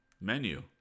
menu